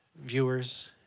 viewers